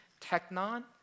technon